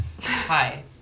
Hi